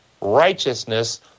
righteousness